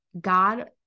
God